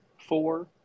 four